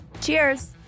Cheers